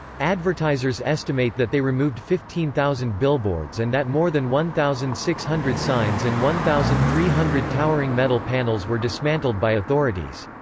advertisers estimate that they removed fifteen thousand billboards and that more than one thousand six hundred signs and one thousand three hundred towering metal panels were dismantled by authorities.